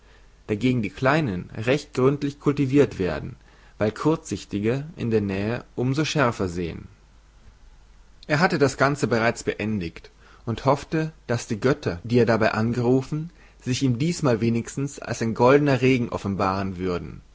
dagegen die kleinen recht gründlich kultivirt werden weil kurzsichtige in der nähe um so schärfer sehen er hatte das ganze bereits beendigt und hoffte daß die götter die er dabei angerufen sich ihm diesmal wenigstens als ein goldener regen offenbahren würden